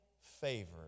favored